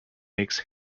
makes